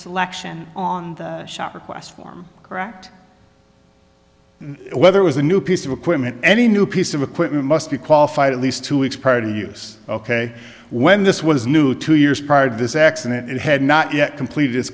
selection on the shop request form correct whether it was a new piece of equipment any new piece of equipment must be qualified at least two weeks prior to use ok when this was new two years prior to this accident it had not yet complete